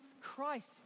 Christ